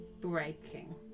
breaking